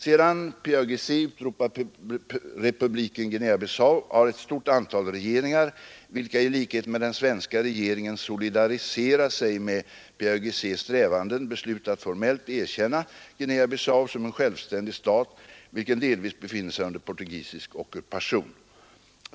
Sedan PAIGC utropat republiken Guinea-Bissau, har ett stort antal regeringar, vilka i likhet med den svenska regeringen solidariserat sig med PAIGC:s strävanden, beslutat formellt erkänna Guinea-Bissau som en självständig stat, vilken delvis befinner sig under portugisisk ockupation.